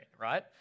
right